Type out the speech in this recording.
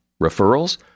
Referrals